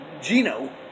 Gino